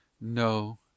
No